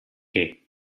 che